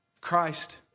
Christ